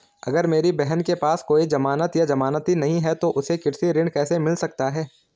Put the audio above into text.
अगर मेरी बहन के पास कोई जमानत या जमानती नहीं है तो उसे कृषि ऋण कैसे मिल सकता है?